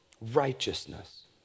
Righteousness